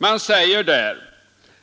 Man säger där